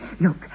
Look